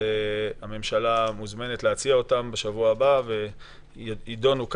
אז הממשלה מוזמנת להציע אותם בשבוע הבא והם יידונו כאן.